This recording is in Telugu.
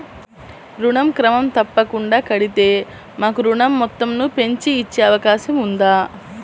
ఋణం క్రమం తప్పకుండా కడితే మాకు ఋణం మొత్తంను పెంచి ఇచ్చే అవకాశం ఉందా?